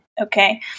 okay